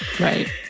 Right